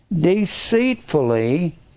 deceitfully